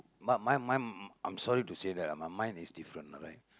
but my my I'm sorry to say that lah my mind is different lah right